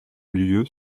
lieu